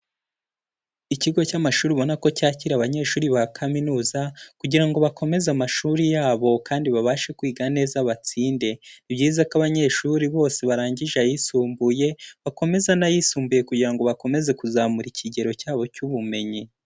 Ikigo cy'amashuri ubona ko cyakira abanyeshuri ba kaminuza, kugira ngo bakomeze amashuri yabo kandi babashe kwiga neza batsinde. Ni byiza ko abanyeshuri bose barangije ayisumbuye, bakomeza n'ayisumbuye kugira ngo bakomeze kuzamura ikigero cyabo cy'ubumenyi.